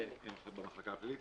במחלקה הפלילית.